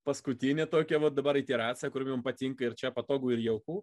paskutinė tokia vat dabar ir terasa kur mum patinka ir čia patogu ir jauku